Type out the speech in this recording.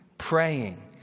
Praying